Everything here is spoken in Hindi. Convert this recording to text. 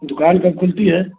दुकान कब खुलती है